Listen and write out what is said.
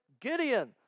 Gideon